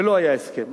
ולא היה הסכם.